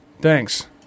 Thanks